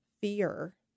fear